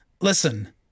Listen